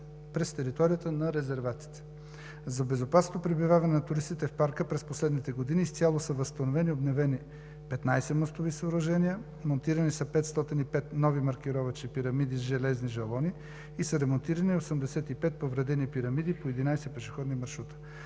през територията на резерватите. За безопасното пребиваване на туристите в парка през последните години изцяло са възстановени и обновени 15 мостови съоръжения, монтирани са 505 нови маркировъчни пирамиди и железни жалони и са ремонтирани 85 повредени пирамиди по 11 пешеходни маршрута.